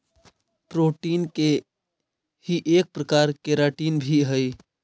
protein के ही एक प्रकार केराटिन भी हई